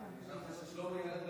חשבתי ששלמה עלה לדבר,